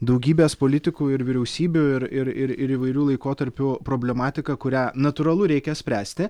daugybės politikų ir vyriausybių ir ir ir ir įvairių laikotarpių problematika kurią natūralu reikia spręsti